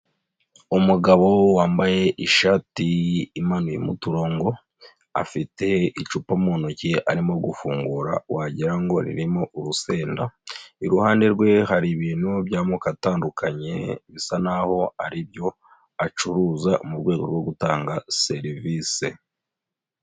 Umugabo wambaye ishati imanuyemo uturongo, afite icupa mu ntoki arimo gufungura wagira ngo ririmo urusenda, iruhande rwe hari ibintu by'amoko atandukanye bisa naho ari ibyo acuruza mu rwego rwo gutanga serivise.